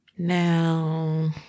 Now